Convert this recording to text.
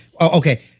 okay